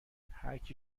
هرکی